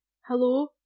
Hello